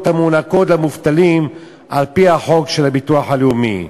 המוענקות למובטלים על-פי חוק הביטוח הלאומי.